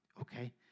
okay